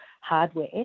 hardware